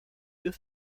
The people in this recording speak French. deux